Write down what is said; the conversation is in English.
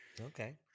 Okay